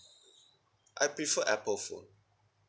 I prefer Apple phone